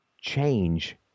change